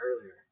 earlier